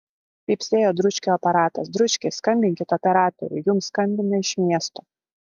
pypsėjo dručkio aparatas dručki skambinkit operatoriui jums skambina iš miesto